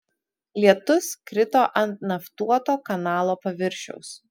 lietus krito ant naftuoto kanalo paviršiaus